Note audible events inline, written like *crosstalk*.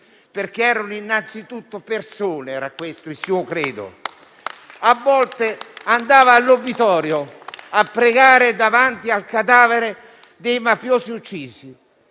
perché erano innanzitutto persone: era questo il suo credo. *applause* A volte andava all'obitorio a pregare davanti al cadavere dei mafiosi uccisi.